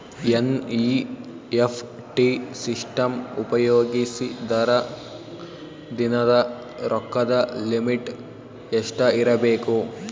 NEFT system ಉಪಯೋಗಿಸಿದರ ದಿನದ ರೊಕ್ಕದ ಲಿಮಿಟ್ ಎಷ್ಟ ಇರಬೇಕು?